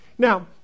Now